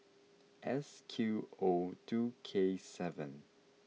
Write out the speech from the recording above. S Q O two K seven